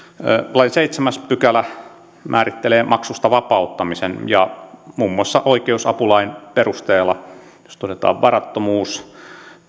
lain seitsemäs pykälä määrittelee maksusta vapauttamisen ja muun muassa oikeusapulain perusteella jos todetaan varattomuus